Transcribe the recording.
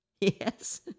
yes